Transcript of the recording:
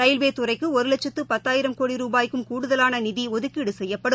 railway துறைக்கு ஒரு லட்சத்து பத்தாயிரம் கோடி ரூபாய்க்கும் கூடுதலாள நிதி ஒதுக்கீடு செய்யப்படும்